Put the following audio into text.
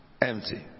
empty